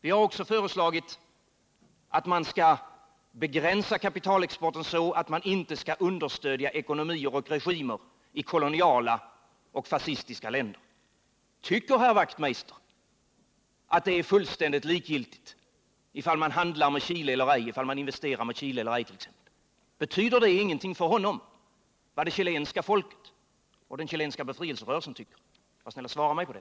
Vi har också föreslagit att man skall begränsa kapitalexporten så att man inte understöder ekonomier och regimer i koloniala och fascistiska länder. Tycker herr Wachtmeister att det är fullständigt likgiltigt ifall man handlar med Chile eller ej, ifall man investerar i Chile eller ej? Betyder det ingenting för honom vad det chilenska folket och den chilenska befrielserörelsen tycker? Var snäll och svara mig på det!